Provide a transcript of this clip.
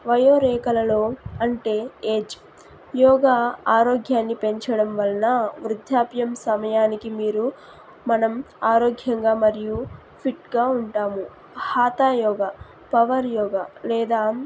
వయో రేఖలలో అంటే ఏజ్ యోగా ఆరోగ్యాన్ని పెంచడం వలన వృద్దాప్యం సమయానికి మీరు మనం ఆరోగ్యంగా మరియు ఫిట్గా ఉంటాము హఠ యోగా పవర్ యోగా లేదా